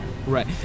Right